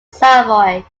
savoy